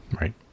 Right